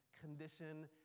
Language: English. condition